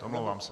Omlouvám se.